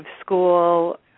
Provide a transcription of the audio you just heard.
school